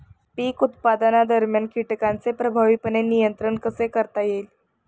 पीक उत्पादनादरम्यान कीटकांचे प्रभावीपणे नियंत्रण कसे करता येईल?